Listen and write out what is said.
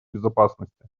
безопасности